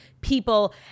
people